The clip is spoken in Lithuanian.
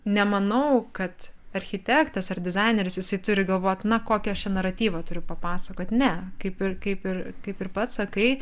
nemanau kad architektas ar dizaineris jisai turi galvot na kokį aš čia naratyvą turiu papasakot ne kaip ir kaip ir kaip ir pats sakai